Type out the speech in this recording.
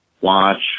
watch